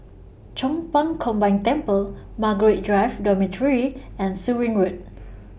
Chong Pang Combined Temple Margaret Drive Dormitory and Surin Road